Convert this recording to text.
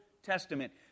Testament